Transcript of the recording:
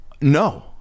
No